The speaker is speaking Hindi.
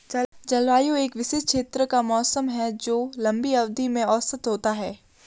जलवायु एक विशिष्ट क्षेत्र का मौसम है जो लंबी अवधि में औसत होता है